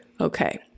Okay